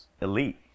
elite